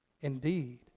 indeed